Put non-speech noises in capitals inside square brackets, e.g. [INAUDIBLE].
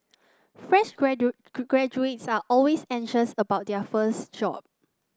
fresh [UNINTELLIGIBLE] graduates are always anxious about their first job